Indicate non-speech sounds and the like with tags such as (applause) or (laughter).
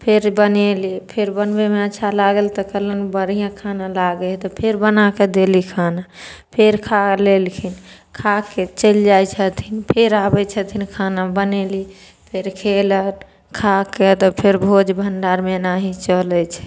फेर बनेली फेर बनबै मे अच्छा लागल तऽ खेलहुॅं (unintelligible) बढ़िआँ खाना लागै हइ तऽ फेर बनाके देली खाना फेर खा लेलखिन खाके चलि जाइ छथिन फेर आबै छथिन खाना बनेली फेर खेलक खाके तऽ फेर भोज भण्डारमे एनाही चलै छै